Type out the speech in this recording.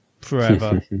forever